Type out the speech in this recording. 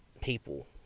people